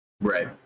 Right